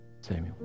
Samuel